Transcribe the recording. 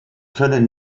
können